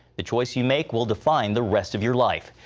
the choice you make will define the rest of your life.